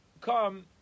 come